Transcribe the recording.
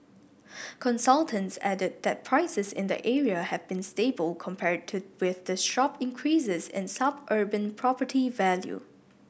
consultants added that prices in the area have been stable compared with the sharp increases in suburban property value